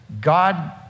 God